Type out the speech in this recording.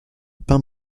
pain